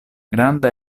granda